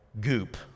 goop